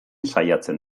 saiatzen